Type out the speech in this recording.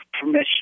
permission